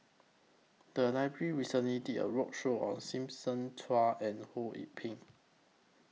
The Library recently did A roadshow on Simon Chua and Ho Yee Ping